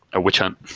a witch hunt.